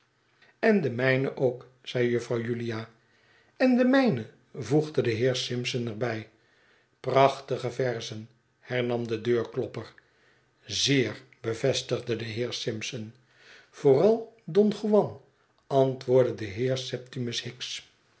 maplesone de mijne ook zeide juffrouw julia en de mijne voegde de heer simpson er bij prachtige verzen hernam de deurklopper zeer bevestigde de heer simpson vooral don juan antwoordde de heer septimus hicks